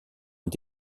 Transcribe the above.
ont